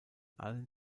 allen